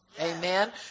amen